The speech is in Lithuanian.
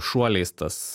šuoliais tas